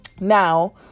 now